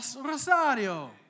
Rosario